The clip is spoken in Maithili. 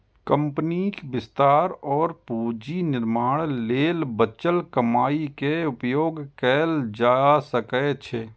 कंपनीक विस्तार और पूंजी निर्माण लेल बचल कमाइ के उपयोग कैल जा सकै छै